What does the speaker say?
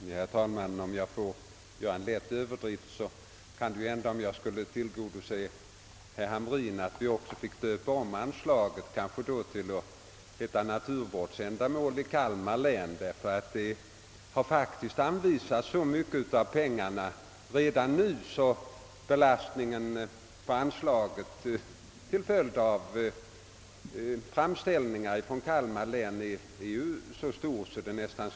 Herr talman! Om jag får göra en lätt överdrift kanske vi — om jag skulle tillgodose herr Hamrins önskemål — också finge döpa om anslaget till »Naturvårdsändamål i Kalmar län». Detta skulle nästan kunna motiveras med att belastningen på anslaget till följd av framställningar från Kalmar län redan nu är mycket stor.